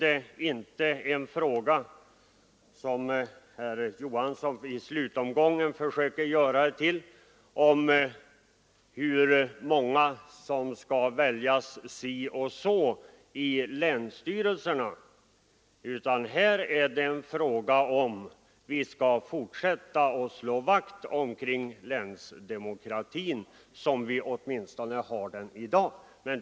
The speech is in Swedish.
I slutomgången försökte herr Johansson göra detta till en fråga om hur många ledamöter i länsstyrelserna som skall väljas på ena eller andra sättet, men här gäller det ju om vi skall fortsätta med att slå vakt om den länsdemokrati vi har i dag.